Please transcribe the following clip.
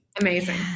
Amazing